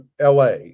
LA